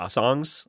songs